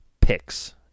picks